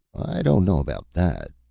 i don't know about that,